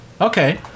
Okay